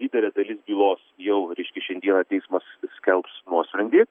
didelė dalis bylos jau reiškia šiandieną teismas skelbs nuosprendį